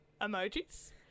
emojis